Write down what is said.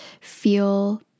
feel